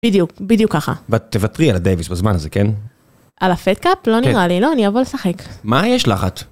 בדיוק, בדיוק ככה. ותוותרי על הדייביס בזמן הזה, כן? על הפייטקאפ? לא נראה לי, לא, אני אעבור לשחק. מה יש לך?